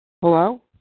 Hello